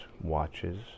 watches